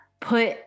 put